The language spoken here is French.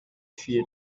fit